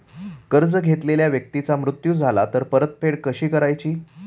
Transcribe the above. कर्ज घेतलेल्या व्यक्तीचा मृत्यू झाला तर परतफेड कशी करायची?